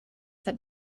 that